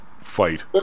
fight